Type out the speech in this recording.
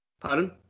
Pardon